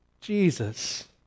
Jesus